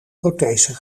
prothese